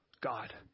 God